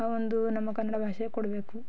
ಆ ಒಂದು ನಮ್ಮ ಕನ್ನಡ ಭಾಷೆಗೆ ಕೊಡಬೇಕು